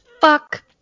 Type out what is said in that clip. Fuck